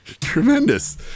tremendous